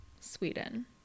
sweden